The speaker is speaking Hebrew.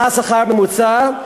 מה השכר הממוצע?